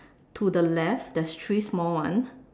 to the left there's three small ones